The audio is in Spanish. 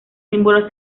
símbolo